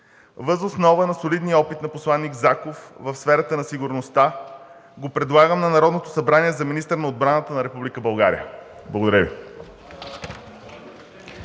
Въз основа на солидния опит на посланик Заков в сферата на сигурността го предлагам на Народното събрание за министър на отбраната на Република България. Благодаря Ви.